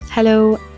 Hello